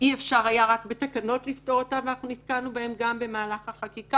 אי אפשר היה רק בתקנות לפתור אותם ואנחנו נתקלנו בהם גם במהלך החקיקה,